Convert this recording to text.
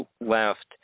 left